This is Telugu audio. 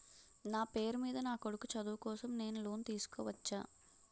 నా పేరు మీద నా కొడుకు చదువు కోసం నేను లోన్ తీసుకోవచ్చా?